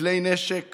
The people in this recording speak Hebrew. בכלי נשק